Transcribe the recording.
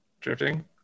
drifting